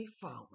forward